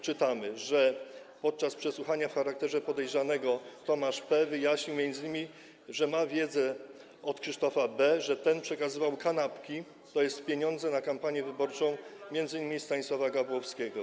Czytamy w nim, że podczas przesłuchania w charakterze podejrzanego Tomasz P. wyjaśnił m.in., że ma wiedzę od Krzysztofa B., że ten przekazywał kanapki, tj. pieniądze, na kampanię wyborczą m.in. Stanisława Gawłowskiego.